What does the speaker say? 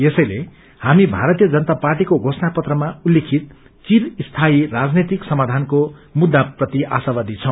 यसैले हामी भारतीय जनता पार्टीको घोषणा पत्रमा उस्लिखित चिरस्यायी राजनैतिक समाधानको मुखाप्रति आशावादी छौ